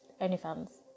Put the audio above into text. OnlyFans